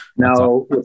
Now